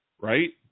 Right